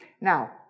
Now